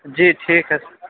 جی ٹھیک ہے